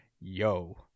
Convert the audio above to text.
yo